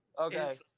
Okay